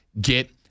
get